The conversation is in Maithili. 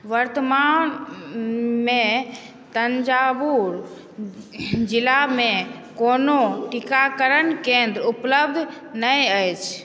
वर्तमानमे तंजावूर जिलामे कोनो टीकाकरण केंद्र उपलब्ध नहि अछि